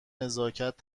نزاکت